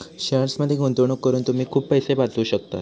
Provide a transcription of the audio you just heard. शेअर्समध्ये गुंतवणूक करून तुम्ही खूप पैसे वाचवू शकतास